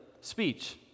speech